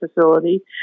facility